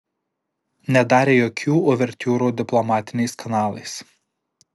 nedarė jokių uvertiūrų diplomatiniais kanalais